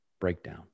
breakdown